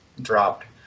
dropped